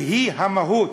והיא המהות.